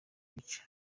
ibice